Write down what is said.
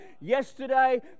yesterday